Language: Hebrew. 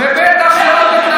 אבל זה שחבר כנסת